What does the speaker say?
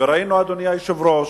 וראינו, אדוני היושב-ראש,